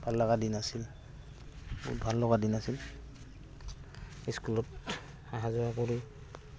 ভাললগা দিন আছিল বহুত ভাললগা দিন আছিল স্কুলত অহা যোৱা কৰি